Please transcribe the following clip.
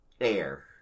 air